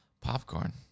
popcorn